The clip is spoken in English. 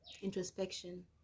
introspection